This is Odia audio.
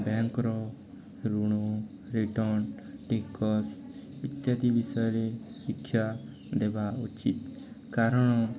ବ୍ୟାଙ୍କର ଋଣ ରିଟର୍ଣ୍ଣ ଟିକସ ଇତ୍ୟାଦି ବିଷୟରେ ଶିକ୍ଷା ଦେବା ଉଚିତ କାରଣ